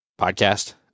podcast